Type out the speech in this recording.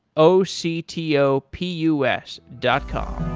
o c t o p u s dot com